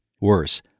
Worse